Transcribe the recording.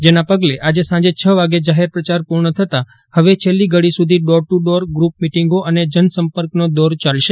જેના પગલે આજે સાંજે છ વાગે જાહેર પ્રચાર પૂર્ણ થતા હવે છેલ્લી ઘડી સુધી ડોર ટુ ડોર ગ્રુપ મિટીંગો અને જનસંપર્કનો દોર ચાલશે